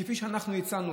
כפי שאנחנו הצענו,